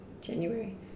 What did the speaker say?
January